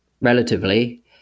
relatively